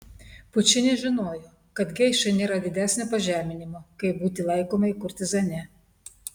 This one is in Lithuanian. pučinis žinojo kad geišai nėra didesnio pažeminimo kaip būti laikomai kurtizane